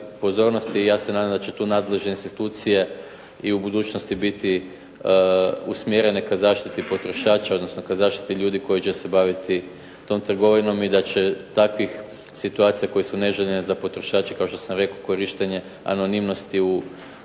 i ja se nadam da će tu nadležne institucije i u budućnosti biti usmjerene ka zaštiti potrošača, odnosno ka zaštiti ljudi koji će se baviti tom trgovinom i da će takvih situacija koje su neželjene za potrošače, kao što sam rekao korištenje anonimnosti u neke